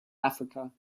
africa